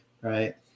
Right